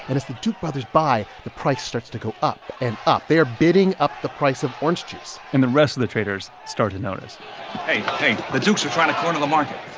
and as the duke brothers buy, the price starts to go up and up. they are bidding up the price of orange juice and the rest of the traders start to notice hey, hey, the dukes are trying to corner the market